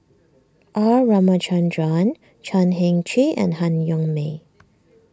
R Ramachandran Chan Heng Chee and Han Yong May